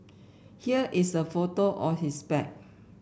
here is a photo of his bag